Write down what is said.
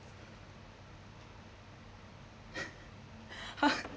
!huh!